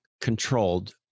controlled